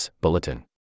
bulletin